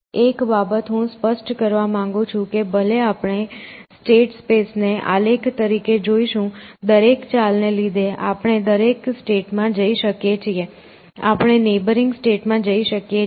એક બાબત હું સ્પષ્ટ કરવા માંગુ છું કે ભલે આપણે સ્ટેટ સ્પેસ ને આલેખ તરીકે જોશું દરેક ચાલને લીધે આપણે દરેક સ્ટેટ માં જઈ શકીએ છીએ આપણે નેબરિંગ સ્ટેટ માં જઈ શકીએ છીએ